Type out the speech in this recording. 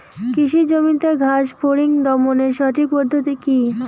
কৃষি জমিতে ঘাস ফরিঙ দমনের সঠিক পদ্ধতি কি?